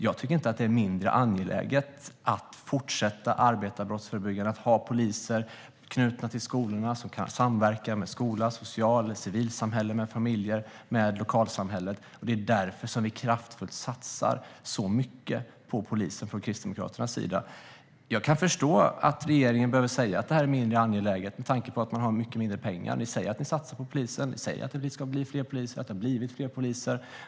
Jag tycker inte att det är mindre angeläget att fortsätta arbeta brottsförebyggande och att ha poliser knutna till skolorna. De kan samverka med skolan, socialen, civilsamhället, familjer och lokalsamhället. Det är därför som vi så kraftfullt satsar på polisen från Kristdemokraternas sida. Jag kan förstå att regeringen behöver säga att detta är mindre angeläget, med tanke på att man har mycket mindre pengar. Ni säger att ni satsar på polisen. Ni säger att det ska bli fler poliser och att det har blivit fler poliser.